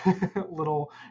little